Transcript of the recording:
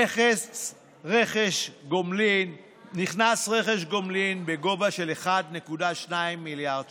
נכנס רכש גומלין בגובה של 1.2 מיליארד שקלים.